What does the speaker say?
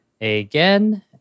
again